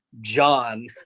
John